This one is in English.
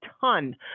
ton